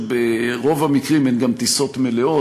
ברוב המקרים הן טיסות מלאות.